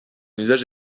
usage